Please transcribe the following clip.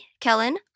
Kellen